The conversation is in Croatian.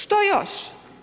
Što još?